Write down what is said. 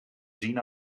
zien